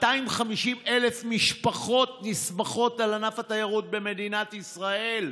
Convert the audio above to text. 250,000 משפחות נסמכות על ענף התיירות במדינת ישראל.